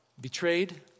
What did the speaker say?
Betrayed